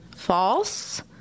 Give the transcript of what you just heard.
False